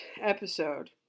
episode